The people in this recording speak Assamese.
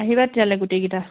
আহিবা তেতিয়াহ'লে গোটেইকেইটা